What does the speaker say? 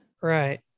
Right